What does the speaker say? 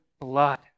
blood